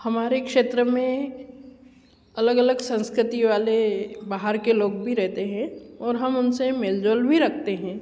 हमारे क्षेत्र में अलग अलग संस्कृति वाले बाहर के भी लोग रहते हैं हम उनसे मेल जोल भी रखते हैं